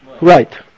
Right